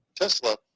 Tesla